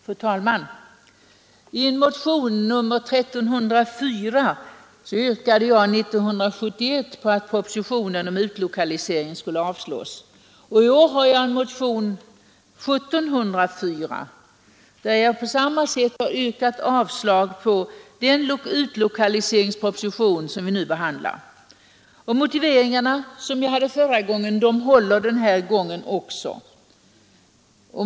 Fru talman! I en motion, nr 1304, yrkade jag år 1971 på att propositionen om utlokalisering skulle avslås. I år har jag en motion, nr 1704, där jag på samma sätt har yrkat avslag på den utlokaliseringsproposition som vi nu behandlar. De motiveringar som jag hade förra gången jag motionerade håller den här gången också.